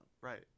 Right